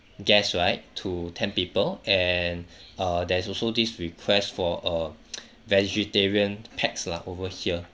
guests right to ten people and err there's also this request for a vegetarian pax lah over here